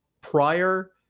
prior